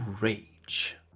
rage